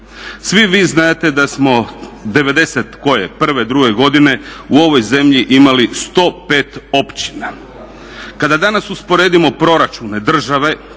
Svi vi znate da smo devedeset koje, prve, druge godine u ovoj zemlji imali 105 općina. Kada danas usporedimo proračune države